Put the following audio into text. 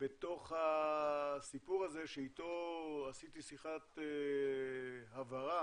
בתוך הסיפור הזה שאיתו עשיתי שיחת הבהרה